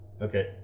Okay